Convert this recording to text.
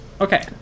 Okay